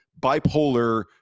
bipolar